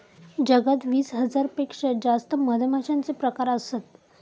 जगात वीस हजार पेक्षा जास्त मधमाश्यांचे प्रकार असत